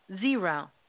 zero